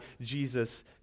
Jesus